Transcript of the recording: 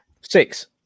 Six